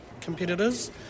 competitors